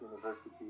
University